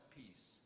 peace